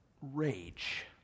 rage